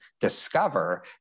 discover